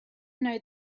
know